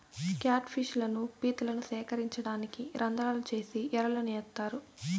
cat fish లను, పీతలను సేకరించడానికి రంద్రాలు చేసి ఎరలను ఏత్తారు